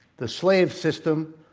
the slave system,